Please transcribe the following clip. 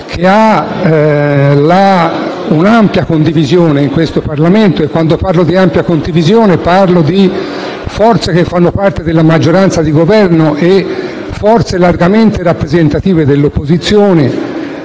che ha un'ampia condivisione in Parlamento (quando parlo di ampia condivisione mi riferisco a forze che fanno parte della maggioranza di Governo e a forze largamente rappresentative dell'opposizione),